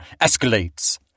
Escalates